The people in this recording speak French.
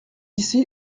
ici